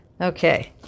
okay